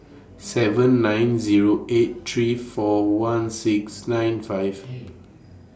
seven nine Zero eight three four one six nine five